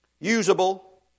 usable